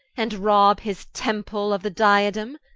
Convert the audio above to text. and rob his temples of the diademe,